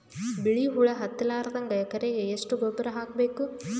ಬಿಳಿ ಹುಳ ಹತ್ತಲಾರದಂಗ ಎಕರೆಗೆ ಎಷ್ಟು ಗೊಬ್ಬರ ಹಾಕ್ ಬೇಕು?